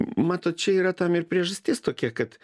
matot čia yra tam ir priežastis tokia kad